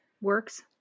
works